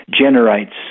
generates